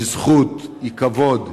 היא כבוד,